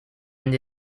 and